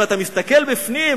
אם אתה מסתכל בפנים,